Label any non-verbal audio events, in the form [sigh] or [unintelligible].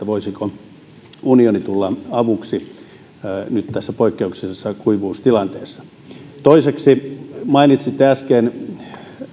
[unintelligible] voisiko unioni tulla avuksi nyt tässä poikkeuksellisessa kuivuustilanteessa toiseksi mainitsitte äsken